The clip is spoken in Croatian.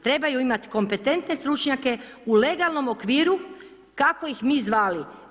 Trebaju imati kompetentne stručnjake, u legalnom okviru kako ih mi zvali.